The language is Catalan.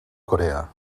corea